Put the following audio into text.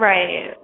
Right